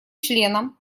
членам